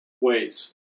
ways